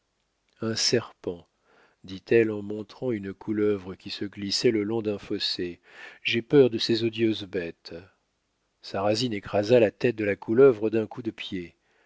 un serpent dit-elle en montrant une couleuvre qui se glissait le long d'un fossé j'ai peur de ces odieuses bêtes sarrasine écrasa la tête de la couleuvre d'un coup de pied